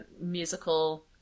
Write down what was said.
musical